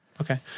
Okay